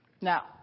Now